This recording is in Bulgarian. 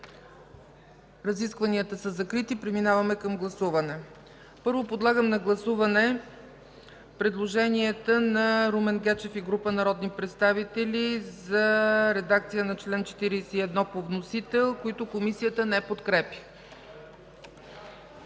Разискванията са закрити, преминаваме към гласуване. Първо подлагам на гласуване предложението на Румен Гечев и група народни представители за редакция на чл. 41 по вносител, които Комисията не подкрепя.